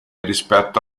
rispetto